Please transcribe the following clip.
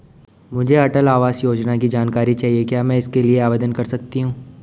मुझे अटल आवास योजना की जानकारी चाहिए क्या मैं इसके लिए आवेदन कर सकती हूँ?